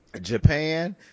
japan